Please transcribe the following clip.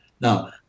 Now